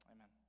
Amen